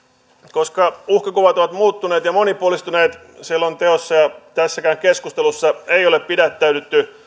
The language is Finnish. koska uhkakuvat ovat muuttuneet ja monipuolistuneet ei selonteossa eikä tässäkään keskustelussa ole pidättäydytty